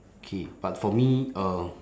K but for me um